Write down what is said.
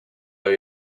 are